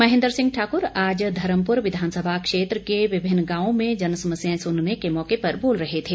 महेंद्र सिंह ठाकुर आज धर्मपुर विधानसभा क्षेत्र के विभिन्न गांवों में जनसमस्याएं सुनने के मौके पर बोल रहे थे